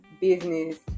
business